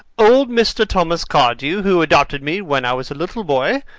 old mr. thomas cardew, who adopted me when i was a little boy,